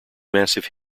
massive